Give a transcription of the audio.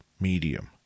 medium